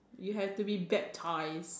you have to be baptized